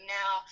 now